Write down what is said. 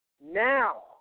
Now